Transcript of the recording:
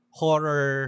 horror